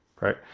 Right